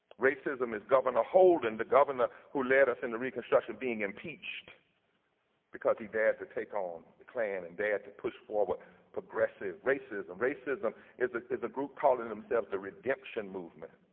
racism is governor holden, the governor who led us in the reconstruction being impeached because he dared to taken on the klan and dared to push forward progressive. racism racism is ah is a group calling themselves the redemption movement,